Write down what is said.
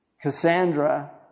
Cassandra